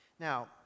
Now